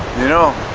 no